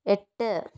എട്ട്